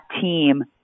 team